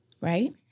right